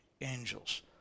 angels